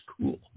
cool